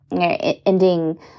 ending